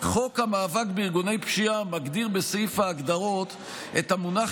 חוק המאבק בארגוני פשיעה מגדיר בסעיף ההגדרות את המונח